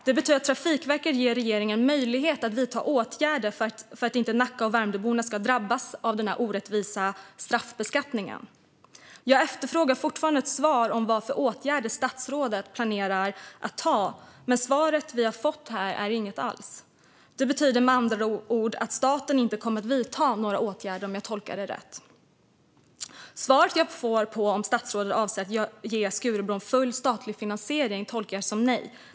Det betyder att Trafikverket ger regeringen möjlighet att vidta åtgärder för att boende i Nacka och Värmdö inte ska drabbas av den här orättvisa straffbeskattningen. Jag efterfrågar fortfarande ett svar om vilka åtgärder statsrådet planerar att vidta, men svaret vi har fått här är inget alls. Om jag tolkar det rätt betyder det att staten inte kommer att vidta några åtgärder. Svaret jag får på frågan om statsrådet avser att ge Skurubron full statlig finansiering tolkar jag som nej.